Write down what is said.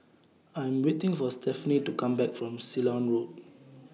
I Am waiting For Stephani to Come Back from Ceylon Road